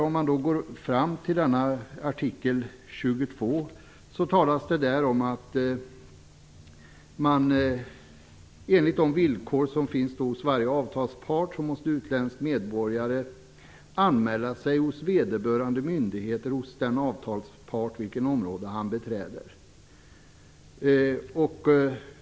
Om man går vidare till denna artikel 22 talas det där om att man enligt de villkor som gäller hos varje avtalspart måste utländsk medborgare anmäla sig hos vederbörande myndighet hos den avtalspart på vilket område han beträder.